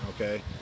okay